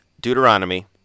Deuteronomy